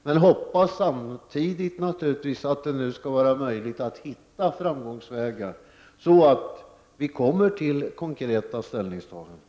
Men jag hoppas samtidigt att det nu skall vara möjligt att hitta framgångsvägar, så att vi kan komma fram till konkreta ställningstaganden.